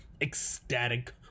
ecstatic